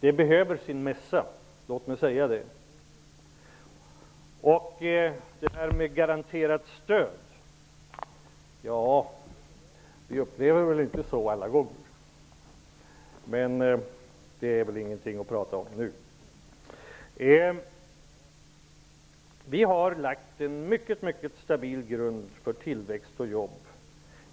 Det behöver sin mässa, låt mig säga det. Vi upplever det inte alltid som att vi får garanterat stöd, men det är väl ingenting att prata om nu. Vi har lagt en mycket, mycket stabil grund för tillväxt och jobb.